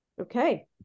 Okay